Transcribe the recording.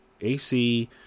AC